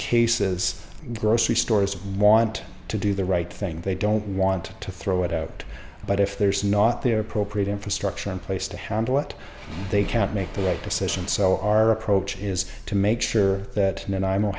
cases grocery stores want to do the right thing they don't want to throw it out but if there's not their appropriate infrastructure in place to handle it they can't make the right decision so our approach is to make sure that and